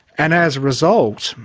and as a result,